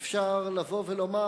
אפשר לבוא ולומר: